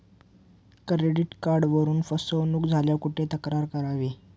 Credit कार्डवरून फसवणूक झाल्यास कुठे तक्रार करावी?